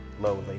lowly